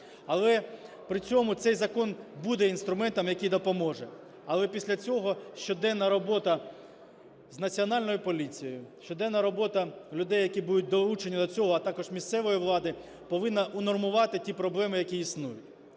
Але при цьому цей закон буде інструментом, який допоможе. Але після цього щоденна робота з Національною поліцією, щоденна робота людей, які будуть долучені до цього, а також місцевої влади повинна унормувати ті проблеми, які існують.